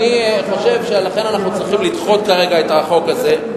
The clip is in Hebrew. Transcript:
אני חושב שלכן אנחנו צריכים לדחות כרגע את החוק הזה,